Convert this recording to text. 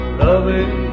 loving